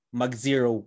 mag-zero